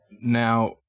Now